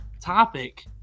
topic